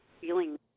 feeling